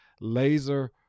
laser